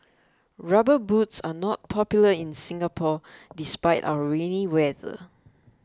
rubber boots are not popular in Singapore despite our rainy weather